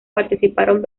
participaron